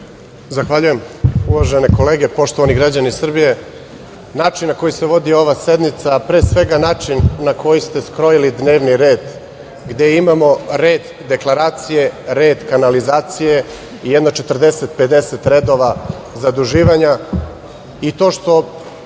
Zahvaljujem. Uvažene kolege, poštovani građani Srbije, način na koji se vodi ova sednica, a pre svega način na koji ste skrojili dnevni red, gde imamo red deklaracije, red kanalizacije i jedno 40, 50 redova zaduživanja, i to što